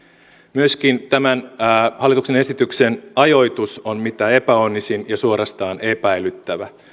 myöskin tämä hallituksen esityksen ajoitus on mitä epäonnisin ja suorastaan epäilyttävä